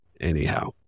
Anyhow